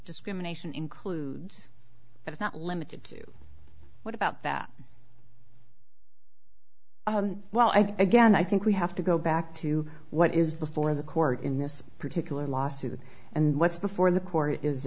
discrimination includes but is not limited to what about that well i guess and i think we have to go back to what is before the court in this particular lawsuit and what's before the court is